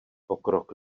pokrok